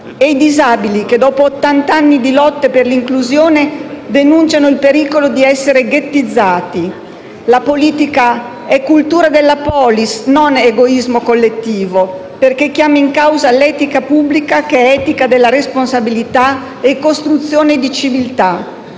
E i disabili, che dopo ottant'anni di lotte per l'inclusione, denunciano il pericolo di essere ghettizzati. La politica è cultura della *polis*, non egoismo collettivo, perché chiama in causa l'etica pubblica che è etica della responsabilità e costruzione di civiltà.